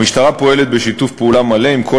המשטרה פועלת בשיתוף פעולה מלא עם כל